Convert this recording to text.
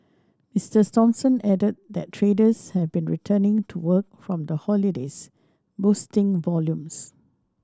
Mister Thompson added that traders have been returning to work from the holidays boosting volumes